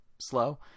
slow